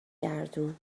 گردون